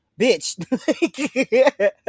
bitch